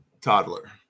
toddler